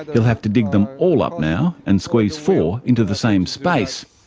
he'll have to dig them all up now and squeeze four into the same space.